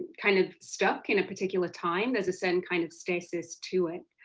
kind of stuck in a particular time. there is a certain kind of stasis to it.